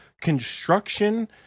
construction